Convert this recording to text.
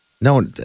No